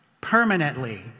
permanently